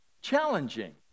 challenging